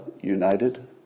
United